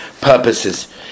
purposes